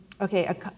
Okay